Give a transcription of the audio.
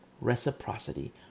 Reciprocity